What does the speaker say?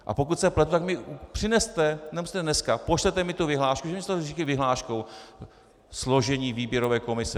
A pokud se pletu, tak mi přineste, nemusíte dneska, pošlete mi tu vyhlášku vyhláškou složení výběrové komise.